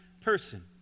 person